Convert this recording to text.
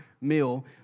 meal